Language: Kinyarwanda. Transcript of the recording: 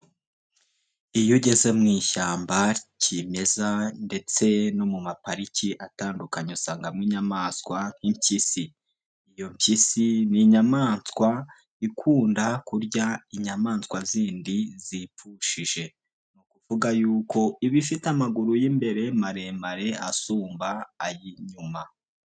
Iyo ugeze mu ishyamba kimeza ndetse no mu mapariki atandukanye usangamo inyamaswa nk'impyisi, iyo mpyisi ni inyamaswa ikunda kurya inyamaswa zindi zipfushije, ni ukuvuga yuko iba ifite amaguru y'imbere maremare asumba ay'inyuma.